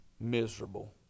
miserable